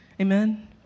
Amen